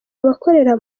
abakorera